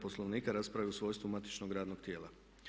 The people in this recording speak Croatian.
Poslovnika raspravio u svojstvu matičnog radnog tijela.